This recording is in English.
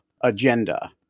agenda